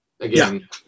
again